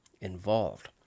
involved